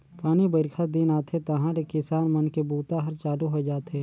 पानी बाईरखा दिन आथे तहाँले किसान मन के बूता हर चालू होए जाथे